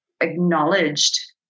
acknowledged